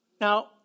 Now